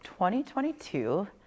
2022